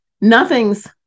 nothing's